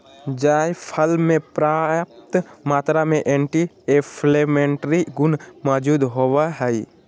जायफल मे प्रयाप्त मात्रा में एंटी इंफ्लेमेट्री गुण मौजूद होवई हई